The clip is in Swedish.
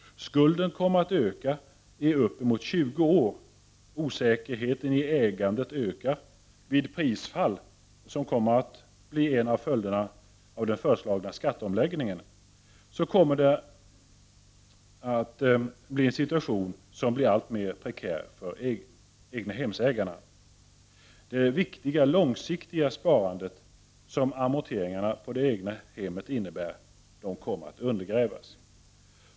Skulden kommer att öka i upp emot 20 år! Osäkerheten i ägandet ökar. Vid prisfall — som kommer att bli en av följderna av den föreslagna skatteomläggningen — blir situationen än mera prekär för många egnahemsägare. Det viktiga långsiktiga sparandet, som amorteringar på det egna hemmet innebär, undergrävs.